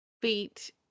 feet